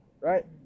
right